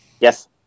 Yes